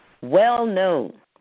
well-known